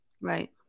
Right